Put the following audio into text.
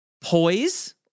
poise